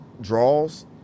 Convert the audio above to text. draws